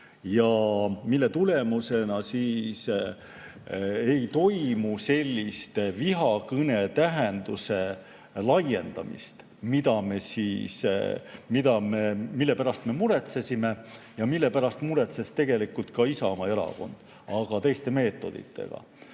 Selle tulemusena ei toimu sellist vihakõne tähenduse laiendamist, mille pärast me muretsesime ja mille pärast muretses tegelikult ka Isamaa erakond, aga teiste meetoditega.